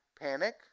panic